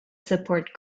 support